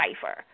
cipher